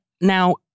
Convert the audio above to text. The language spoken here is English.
now